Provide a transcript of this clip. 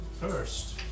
first